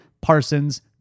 Parsons